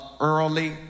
early